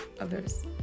others